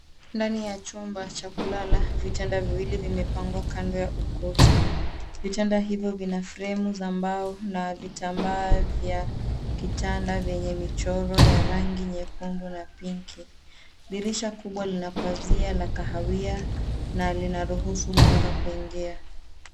Ndani ya chumba cha kulala, vitanda viwili vimepangwa kando ya ukocha. Vitanda hivyo vina furemu za mbao na vitambaa vya kitanda vyenye michoro ya rangi nyekundu na pinki. Dirisha kubwa lina pazia ya kahawia na linaruhusu mwanga kuingia.